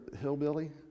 hillbilly